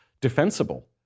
defensible